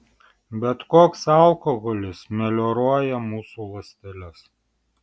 bet koks alkoholis melioruoja mūsų ląsteles